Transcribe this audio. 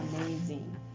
amazing